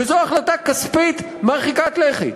וזו החלטה כספית מרחיקת לכת.